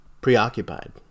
preoccupied